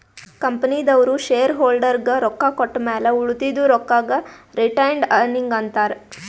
ಕಂಪನಿದವ್ರು ಶೇರ್ ಹೋಲ್ಡರ್ಗ ರೊಕ್ಕಾ ಕೊಟ್ಟಮ್ಯಾಲ ಉಳದಿದು ರೊಕ್ಕಾಗ ರಿಟೈನ್ಡ್ ಅರ್ನಿಂಗ್ ಅಂತಾರ